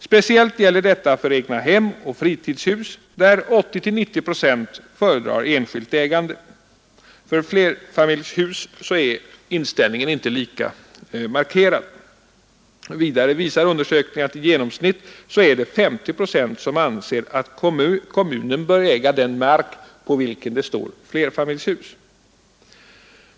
Speciellt gäller detta för egnahem och fritidshus, där 80—90 procent föredrar enskilt ägande. För flerfamiljshus är inställningen inte lika markerad. Vidare visar undersökningen att det i genomsnitt är cirka 50 procent som anser att kommunen bör äga den mark på vilken det står flerfamiljshus.